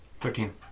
Thirteen